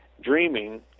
dreaming